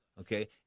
Okay